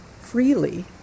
freely